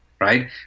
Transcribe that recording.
Right